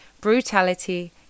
brutality